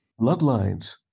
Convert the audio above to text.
bloodlines